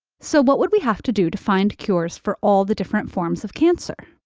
so what would we have to do to find cures for all the different forms of cancer?